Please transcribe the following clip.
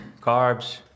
carbs